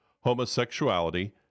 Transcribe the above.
homosexuality